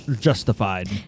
Justified